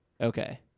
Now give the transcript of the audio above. okay